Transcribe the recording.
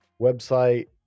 website